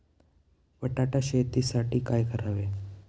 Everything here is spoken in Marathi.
बटाटा शेतीसाठी काय करावे?